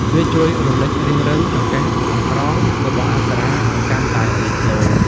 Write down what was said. វាជួយរំលេចរាងរៅ "ចង្កេះអង្ក្រង" របស់អប្សរាឱ្យកាន់តែលេចធ្លោ។